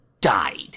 died